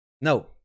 no